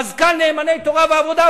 מזכ"ל "נאמני תורה ועבודה",